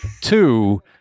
Two